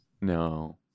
No